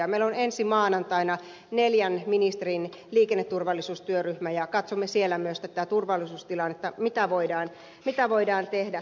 meillä on ensi maanantaina neljän ministerin liikenneturvallisuustyöryhmä ja katsomme siellä myös tätä turvallisuustilannetta mitä voidaan tehdä